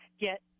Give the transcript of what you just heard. get